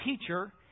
teacher